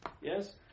Yes